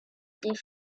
des